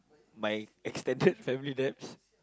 my extended family debts